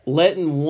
letting